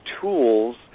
tools